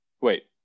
Wait